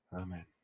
Amen